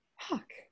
Fuck